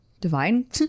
divine